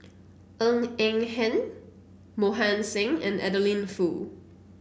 Ng Eng Hen Mohan Singh and Adeline Foo